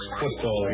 football